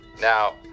Now